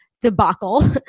debacle